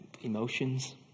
emotions